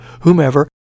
whomever